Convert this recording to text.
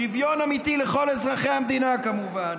שוויון אמיתי לכל אזרחי המדינה, כמובן.